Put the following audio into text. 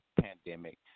pandemic